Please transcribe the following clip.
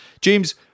James